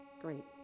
Great